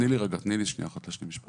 תני לי רגע, תני לי שנייה אחת להשלים משפט.